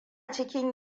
cikin